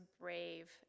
brave